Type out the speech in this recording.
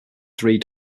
three